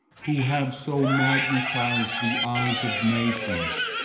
who have so magnetized the eyes of nations.